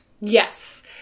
Yes